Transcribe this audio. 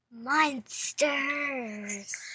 Monsters